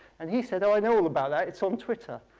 and he said, i know all about that, it's on twitter.